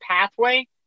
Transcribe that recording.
pathway